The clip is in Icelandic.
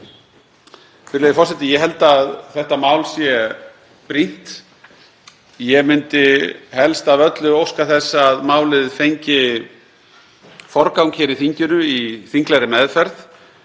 Virðulegi forseti. Ég held að þetta mál sé brýnt. Ég myndi helst af öllu óska þess að málið fengi forgang hér í þinginu, í þinglegri meðferð.